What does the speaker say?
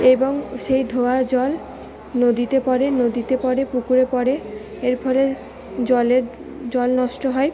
এবং সেই ধোয়া জল নদীতে পড়ে নদীতে পড়ে পুকুরে পড়ে এর ফলে জলের জল নষ্ট হয়